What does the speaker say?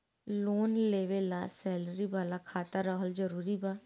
Loan लेवे ला salary वाला खाता रहल जरूरी बा?